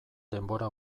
denbora